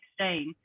2016